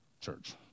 church